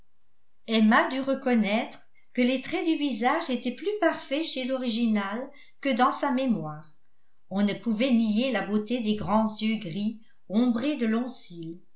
emma dut reconnaître que les traits du visage étaient plus parfaits chez l'original que dans sa mémoire on ne pouvait nier la beauté des grands yeux gris ombrés de longs cils